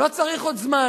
לא צריך עוד זמן.